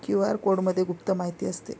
QR कोडमध्ये गुप्त माहिती असते